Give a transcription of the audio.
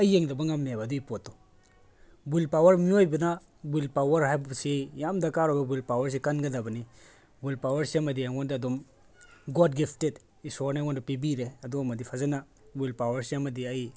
ꯑꯩ ꯌꯦꯡꯗꯕ ꯉꯝꯃꯦꯕ ꯑꯗꯨꯒꯤ ꯄꯣꯠꯇꯣ ꯋꯤꯜ ꯄꯥꯋꯔ ꯃꯤꯑꯣꯏꯕꯅ ꯋꯤꯜ ꯄꯥꯋꯔ ꯍꯥꯏꯕꯁꯤ ꯌꯥꯝ ꯗꯔꯀꯥꯔ ꯑꯣꯏꯕ ꯋꯤꯜ ꯄꯥꯋꯔꯁꯤ ꯀꯟꯒꯗꯕꯅꯤ ꯋꯤꯜ ꯄꯥꯋꯔꯁꯤ ꯑꯃꯗꯤ ꯑꯩꯉꯣꯟꯗꯗꯨꯝ ꯒꯣꯠ ꯒꯤꯐꯇꯦꯠ ꯏꯁꯣꯔꯅ ꯑꯩꯉꯣꯟꯗ ꯄꯤꯕꯤꯔꯦ ꯑꯗꯨꯃꯗꯤ ꯐꯖꯅ ꯋꯤꯜ ꯄꯥꯋꯔꯁꯦ ꯑꯃꯗꯤ ꯑꯩ